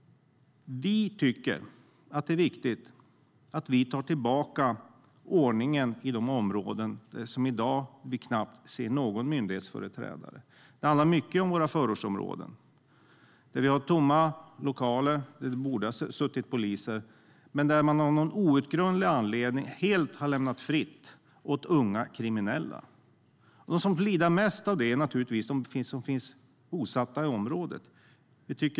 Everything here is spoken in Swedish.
Det är viktigt att ta tillbaka ordningen till de områden där det i dag knappast finns någon myndighetsföreträdare. Det handlar mycket om våra förortsområden. Där finns tomma lokaler där det borde ha suttit poliser, men av någon outgrundlig anledning har fältet lämnats helt fritt åt unga kriminella. De som lider mest av detta är naturligtvis de som är bosatta i områdena.